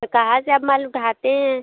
तो कहाँ से आप माल उठाते हैं